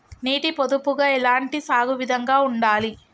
నీటి పొదుపుగా ఎలాంటి సాగు విధంగా ఉండాలి?